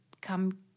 come